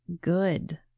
good